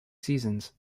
seasons